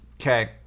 Okay